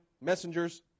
Messengers